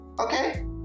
okay